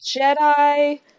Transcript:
Jedi